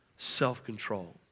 Self-control